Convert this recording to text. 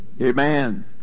Amen